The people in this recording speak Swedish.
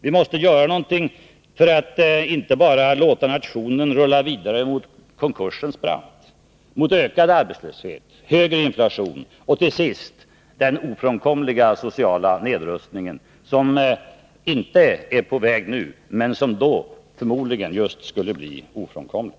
Vi måste göra någonting för att inte bara låta nationen rulla vidare mot konkursens brant, mot ökad arbetslöshet, högre inflation och till sist den ofrånkomliga sociala nedrustningen som inte är på väg nu, men som då förmodligen skulle bli ofrånkomlig.